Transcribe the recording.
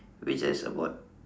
which has about